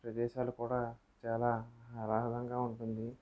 ప్రదేశాలు కూడా చాలా ఆహ్లాదంగా ఉంటుంది